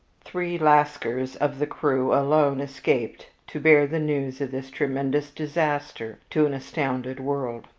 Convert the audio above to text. three lascars of the crew alone escaped to bear the news of this tremendous disaster to an astounded world.